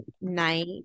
night